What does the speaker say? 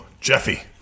Jeffy